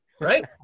right